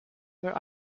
were